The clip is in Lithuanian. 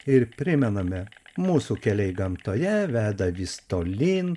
ir primename mūsų keliai gamtoje veda vis tolyn